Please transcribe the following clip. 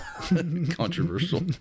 controversial